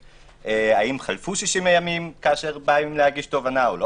האם חלפו 60 ימים כאלה באים להגיש תובענה או לא,